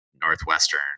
Northwestern